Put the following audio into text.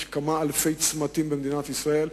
יש כמה אלפי צמתים במדינת ישראל,